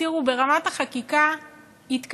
אז תראו, ברמת החקיקה התקדמנו,